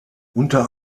unter